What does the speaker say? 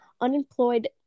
Unemployed